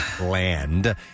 land